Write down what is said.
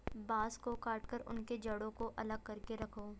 बांस को काटकर उनके जड़ों को अलग करके रखो